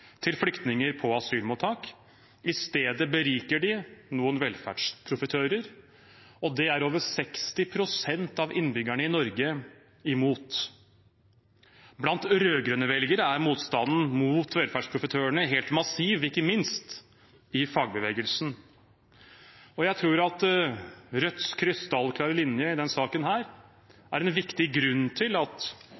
til flyktninger på asylmottak. I stedet beriker de noen velferdsprofitører, og det er over 60 pst. av innbyggerne i Norge imot. Blant rød-grønne velgere er motstanden mot velferdsprofitørene helt massiv, ikke minst i fagbevegelsen. Jeg tror at Rødts krystallklare linje i denne saken